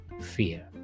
fear